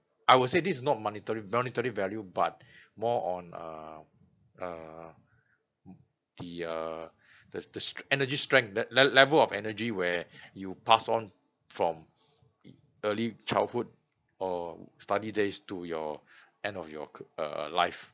I will say this not monetary monetary value but more on um uh the err the s~ the stre~ energy strength that le~ level of energy where you pass on from early childhood or study days to your end of your c~ err life